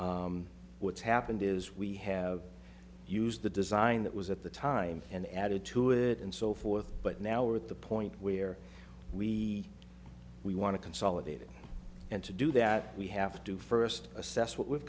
know what's happened is we have used the design that was at the time and added to it and so forth but now we're at the point where we we want to consolidate it and to do that we have to first assess what we've